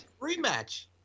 Rematch